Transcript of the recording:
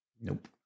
Nope